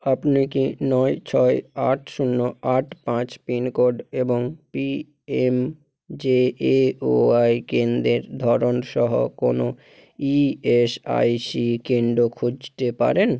আপনি কি নয় ছয় আট শূন্য আট পাঁচ পিনকোড এবং পিএমজেএওয়াই কেন্দ্রের ধরন সহ কোনও ইএসআইসি কেন্দ্র খুঁজতে পারেন